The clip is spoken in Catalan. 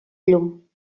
llum